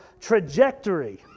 trajectory